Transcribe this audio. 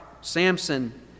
Samson